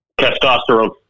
Testosterone